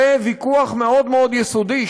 זה ויכוח מאוד מאוד יסודי,